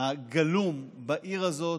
הגלום בעיר הזאת,